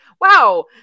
wow